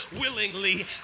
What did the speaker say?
willingly